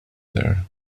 there